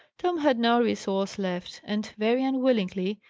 tom had no resource left and, very unwillingly,